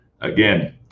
Again